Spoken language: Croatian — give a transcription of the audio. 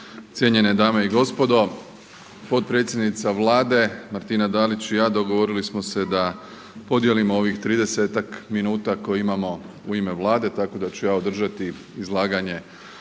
Cijenjene dame i gospodo. Potpredsjednica Vlade Martina Dalić i ja dogovorili smo se da podijelimo ovih 30-ak minuta koje imamo u ime Vlade, tako da ću ja održati izlaganje